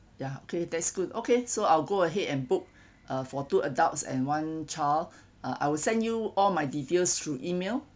ya okay that's good okay so I'll go ahead and book uh for two adults and one child uh I will send you all my details through email